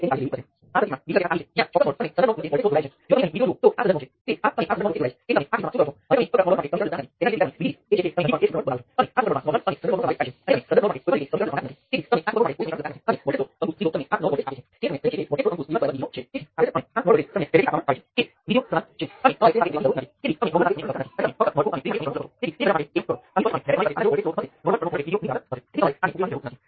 તેથી હજી સુધી આ અભ્યાસક્રમનો સંબંધ જ્યારે આપણી પાસે કરંટ નિયંત્રિત સ્ત્રોત હોય ત્યારે જ છે આપણે રેઝિસ્ટર દ્વારા જ કરંટને નિયંત્રિત કરવાનું વિચારીશું વોલ્ટેજ સ્ત્રોત દ્વારા નહીં